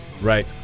Right